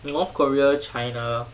mm north korea china